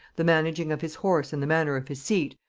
the managing of his horse and the manner of his seat,